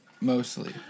mostly